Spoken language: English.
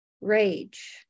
rage